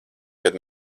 kad